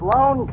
Loan